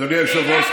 אדוני היושב-ראש,